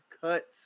cuts